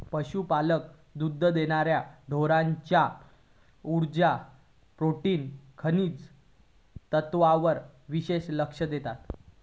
पशुपालक दुध देणार्या ढोरांच्या उर्जा, प्रोटीन, खनिज तत्त्वांवर विशेष लक्ष देतत